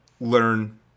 learn